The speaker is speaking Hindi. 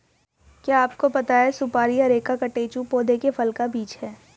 क्या आपको पता है सुपारी अरेका कटेचु पौधे के फल का बीज है?